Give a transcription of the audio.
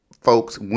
folks